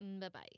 Bye-bye